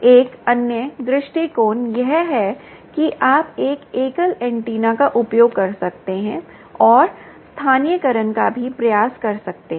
एक अन्य दृष्टिकोण यह है कि आप एक एकल एंटीना का उपयोग कर सकते हैं और स्थानीयकरण का भी प्रयास कर सकते हैं